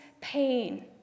pain